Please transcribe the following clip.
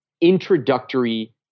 introductory